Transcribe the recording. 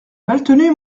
maltenu